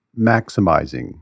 maximizing